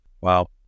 Wow